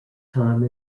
time